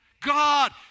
God